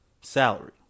salary